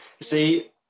See